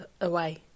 away